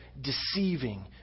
deceiving